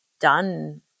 done